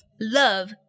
Love